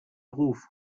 ruf